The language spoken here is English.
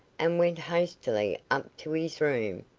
and went hastily up to his room,